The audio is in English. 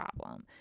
problem